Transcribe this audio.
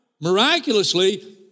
miraculously